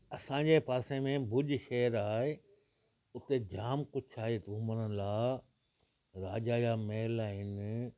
असांजे पासे में भुज शहर आहे उते जाम कुझु आहे घुमण लाइ राजा जा महल आहिनि